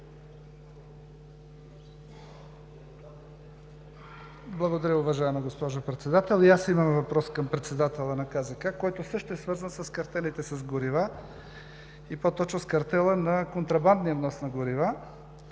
Благодаря, уважаема госпожо Председател. И аз имам въпрос към председателя на КЗК, който също е свързан с картелите за горива и по-точно с картела на контрабандния внос на горива.